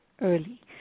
early